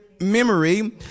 memory